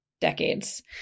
decades